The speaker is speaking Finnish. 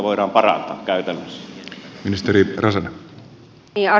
arvoisa herra puhemies